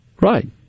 Right